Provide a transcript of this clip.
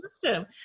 system